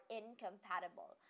incompatible